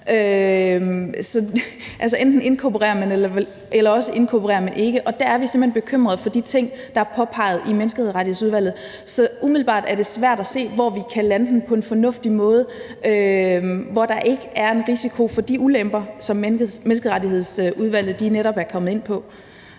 halvt. Enten inkorporerer man vel, eller også inkorporerer man ikke. Der er vi simpelt hen bekymrede for de ting, der er påpeget i Menneskeretsudvalget. Så umiddelbart er det svært at se, hvor vi kan lande den på en fornuftig måde, så der ikke er en risiko for de ulemper, som Menneskeretsudvalget netop er kommet ind på.